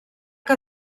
que